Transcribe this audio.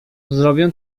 zrobię